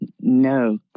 No